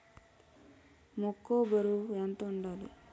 మొక్కొ బరువు ఎంత వుండాలి?